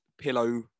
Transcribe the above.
pillow